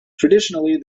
traditionally